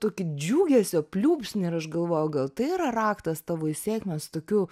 tokį džiugesio pliūpsnį ir aš galvojau gal tai yra raktas tavo į sėkmę su tokiu